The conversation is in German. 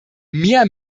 mehr